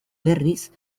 berriz